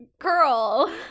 girl